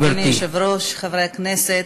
אדוני היושב-ראש, חברי הכנסת,